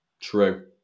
True